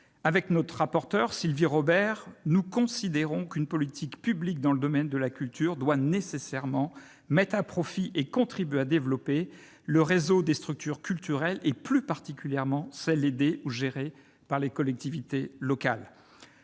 Avec la rapporteure pour avis, Sylvie Robert, nous considérons qu'une politique publique dans le domaine de la culture doit nécessairement mettre à profit et contribuer à développer le réseau des structures culturelles et, plus particulièrement, celles qui sont aidées ou gérées par les collectivités locales.